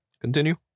Continue